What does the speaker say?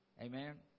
Amen